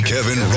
Kevin